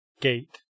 gate